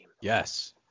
Yes